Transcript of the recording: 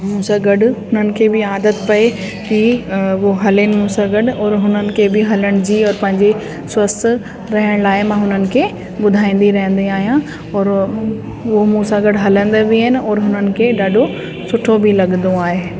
मूसां गॾु हुननि खे बि आदत पए की हुओ हलनि मूंसां गॾु और हुननि खे बि हलण जी ऐं पंहिंजे स्वस्थ रहण लाइ मां हुननि खे ॿुधाईंदी रहंदी आहियां और उहो मूंसां गॾु हलंदा बि आहिनि ऐं हुननि खे बि ॾाढो सुठो बि लॻंदो आहे